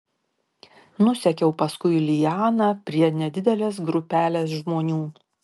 nusekiau paskui lianą prie nedidelės grupelės žmonių